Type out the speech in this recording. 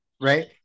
Right